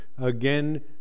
again